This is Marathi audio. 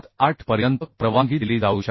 78 पर्यंत परवानगी दिली जाऊ शकते